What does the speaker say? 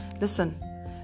listen